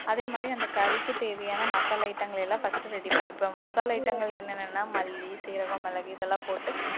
அதேமாதிரி அந்தக் கறிக்கு தேவையான மசாலா ஐட்டங்களையெல்லாம் ஃபர்ஸ்டு ரெடி பண்ணிப்பேன் மசாலா ஐட்டங்கள் என்னென்னா மல்லி சீரகம் மிளகு இதெலாம் போட்டு